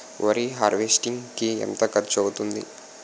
వరి హార్వెస్టింగ్ కి ఎంత ఖర్చు అవుతుంది?